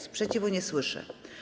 Sprzeciwu nie słyszę.